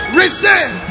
receive